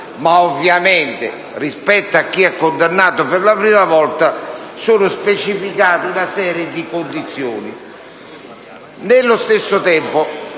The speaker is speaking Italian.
ma ovviamente, rispetto a chi è condannato per la prima volta, è specificata una serie di condizioni.